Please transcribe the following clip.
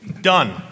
Done